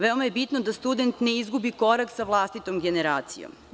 Veoma je bitno da student ne izgubi korak sa vlastitom generacijom.